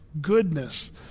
goodness